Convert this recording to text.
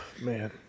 man